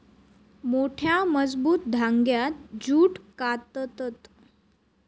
मोठ्या, मजबूत धांग्यांत जूट काततत